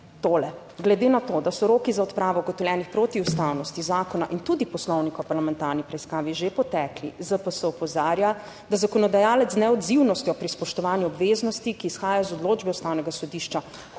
»Glede na to, da so roki za odpravo ugotovljenih protiustavnosti zakona in tudi Poslovnika o parlamentarni preiskavi že potekli, ZPS opozarja, da zakonodajalec z neodzivnostjo pri spoštovanju obveznosti, ki izhajajo iz odločbe Ustavnega sodišča,